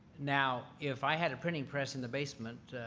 now if i had a printing press in the basement,